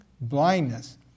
blindness